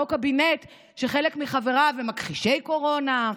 אותו קבינט שחלק מחבריו הם מכחישי קורונה,